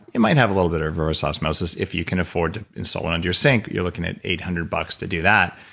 you might have a little bit of reverse osmosis if you can afford to install one under your sink, you're looking at eight hundred bucks to do that,